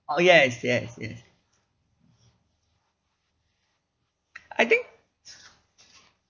oh yes yes yes I think